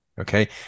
okay